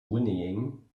whinnying